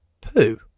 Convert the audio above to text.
poo